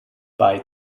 bei